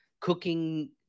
cooking